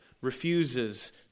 refuses